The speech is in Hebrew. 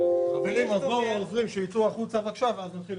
כפול